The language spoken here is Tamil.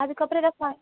அதுக்கப்புறம் எதாவது ஃபை